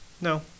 No